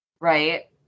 right